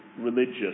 religious